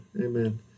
Amen